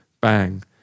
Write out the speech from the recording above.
bang